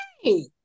Hey